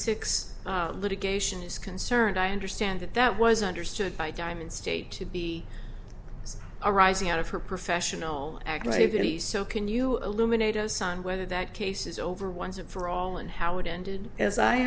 six litigation is concerned i understand that that was understood by diamond state to be arising out of her professional activities so can you illuminatus on whether that case is over once and for all and how it ended as i